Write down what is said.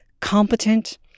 competent